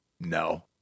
No